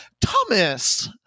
Thomas